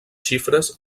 xifres